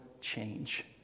change